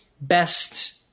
best